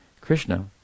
Krishna